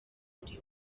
muri